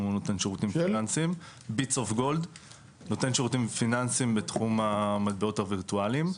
אנחנו נותני שירותים פיננסיים בתחום המטבעות הווירטואליים.